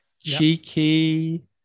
cheeky